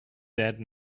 dead